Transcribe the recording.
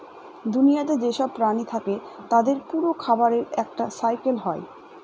দুনিয়াতে যেসব প্রাণী থাকে তাদের পুরো খাবারের একটা সাইকেল হয়